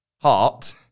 heart